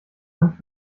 hand